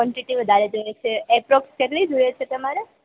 quantity વધારે જોઈએ છે એપ્રોક્સ કેટલી જોઈએ છે તમારે